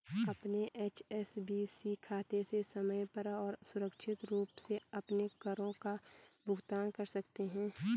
अपने एच.एस.बी.सी खाते से समय पर और सुरक्षित रूप से अपने करों का भुगतान कर सकते हैं